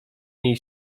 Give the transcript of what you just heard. niej